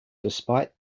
despite